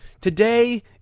Today